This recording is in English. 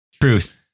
truth